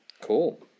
Cool